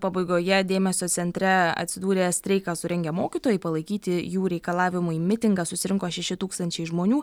pabaigoje dėmesio centre atsidūrė streiką surengę mokytojai palaikyti jų reikalavimų į mitingą susirinko šeši tūkstančiai žmonių